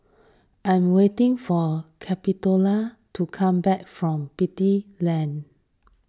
I am waiting for Capitola to come back from Beatty Lane